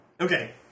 Okay